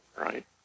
right